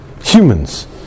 humans